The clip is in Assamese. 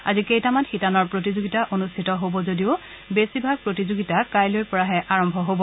আজি কেইটামান শিতানৰ প্ৰতিযোগিতা অনুষ্ঠিত হব যদিও বেছিভাগ প্ৰতিযোগিতা কাইলৈৰ পৰাহে আৰম্ভ হ'ব